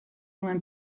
nuen